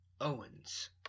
Owens